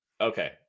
Okay